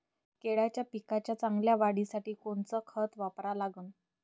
केळाच्या पिकाच्या चांगल्या वाढीसाठी कोनचं खत वापरा लागन?